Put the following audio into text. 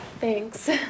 Thanks